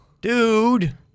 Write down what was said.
dude